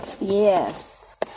Yes